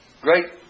great